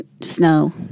Snow